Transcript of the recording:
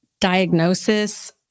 diagnosis